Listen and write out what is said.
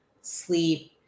sleep